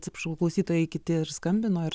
atsiprašau klausytojai kiti ir skambino ir